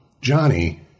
Johnny